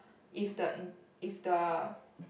if the in if the